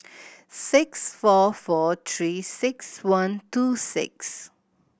six four four Three Six One two six